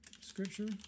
scripture